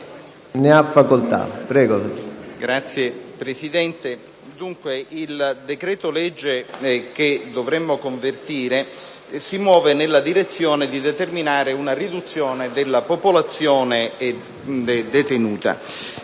il decreto‑legge che dovremmo convertire si muove nella direzione di determinare una riduzione della popolazione detenuta.